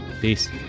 Peace